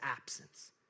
absence